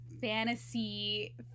fantasy